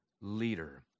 leader